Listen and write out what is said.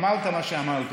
אמרת מה שאמרת,